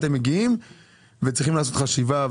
אתם מגיעים ועדיין צריכים לעשות חשיבה,